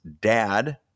dad